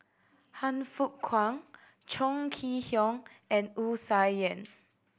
Han Fook Kwang Chong Kee Hiong and Wu Tsai Yen